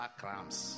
cramps